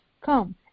come